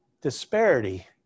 disparity